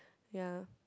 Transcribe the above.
ya